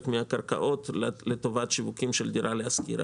מהקרקעות לטובת שיווקים של דירה להשכיר.